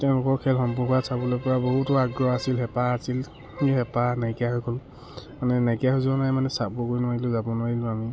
তেওঁলোকৰ খেল সম্পৰ্কত চাবলৈ পৰা বহুতো আগ্ৰহ আছিল হেঁপাহ আছিল হেঁপাহ নাইকিয়া হৈ গ'ল মানে নাইকিয়া হৈ যোৱা নাই মানে চাবগৈ নোৱাৰিলোঁ যাব নোৱাৰিলোঁ আমি